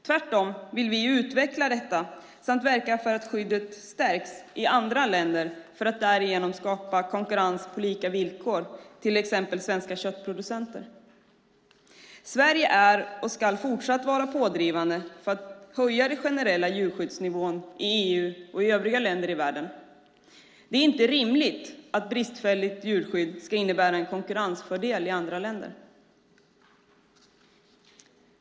Tvärtom vill vi utveckla detta samt verka för att skyddet stärks i andra länder för att därigenom skapa konkurrens på lika villkor för till exempel svenska köttproducenter. Sverige är och ska fortsatt vara pådrivande för att höja den generella djurskyddsnivån i EU och i övriga länder i världen. Det är inte rimligt att ett bristfälligt djurskydd ska innebära en konkurrensfördel i andra länder.